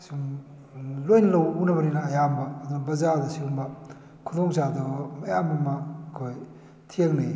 ꯁꯨꯝ ꯂꯣꯏ ꯂꯧ ꯎꯅꯕꯅꯤꯅ ꯑꯌꯥꯝꯕ ꯑꯗꯨꯝ ꯕꯖꯥꯔꯗ ꯁꯤꯒꯨꯝꯕ ꯈꯨꯗꯣꯡ ꯆꯥꯗꯕ ꯃꯌꯥꯝ ꯑꯃ ꯑꯩꯈꯣꯏ ꯊꯦꯡꯅꯩ